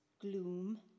gloom